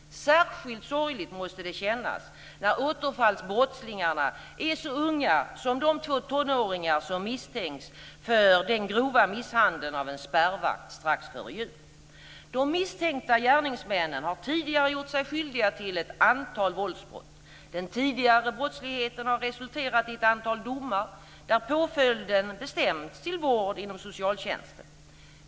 Särskilt sorgligt måste det kännas när återfallsbrottslingarna är så unga som de två tonåringar som misstänks för den grova misshandeln av en spärrvakt strax före jul. De misstänkta gärningsmännen har tidigare gjort sig skyldiga till ett antal våldsbrott. Den tidigare brottsligheten har resulterat i ett antal domar där påföljden bestämts till vård inom socialtjänsten.